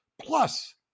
Plus